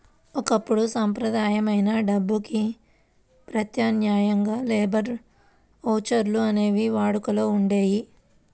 ఒకప్పుడు సంప్రదాయమైన డబ్బుకి ప్రత్యామ్నాయంగా లేబర్ ఓచర్లు అనేవి వాడుకలో ఉండేయి